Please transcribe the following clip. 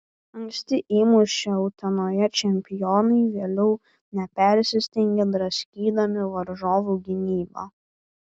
anksti įmušę utenoje čempionai vėliau nepersistengė draskydami varžovų gynybą